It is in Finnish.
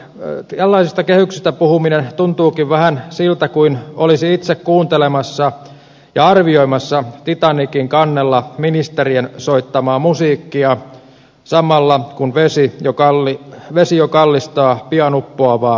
tällaisista kehyksistä puhuminen tuntuukin vähän siltä kuin olisi itse kuuntelemassa ja arvioimassa ministerien titanicin kannella soittamaa musiikkia samalla kun vesi jo kallistaa pian uppoavaa laivaa